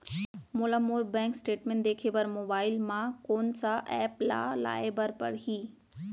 मोला मोर bank statement देखे बर मोबाइल मा कोन सा एप ला लाए बर परही?